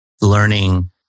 learning